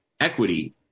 equity